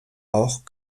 auch